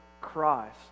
Christ